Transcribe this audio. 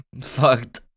Fucked